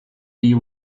you